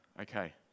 Okay